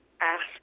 ask